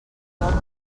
joc